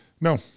No